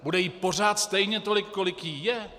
Bude jí pořád stejně tolik, kolik jí je.